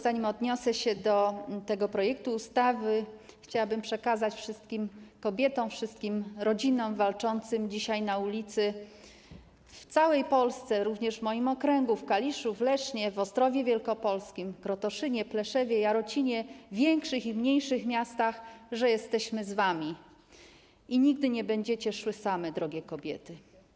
Zanim odniosę się do tego projekt ustawy, chciałabym przekazać wszystkim kobietom, wszystkim rodzinom walczącym dzisiaj na ulicach w całej Polsce, również w moim okręgu, w Kaliszu, Lesznie, Ostrowie Wielkopolskim, Krotoszynie, Pleszewie, Jarocinie, większych i mniejszych miastach, że jesteśmy z wami i nigdy nie będziecie szły same, drogie kobiety.